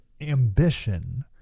ambition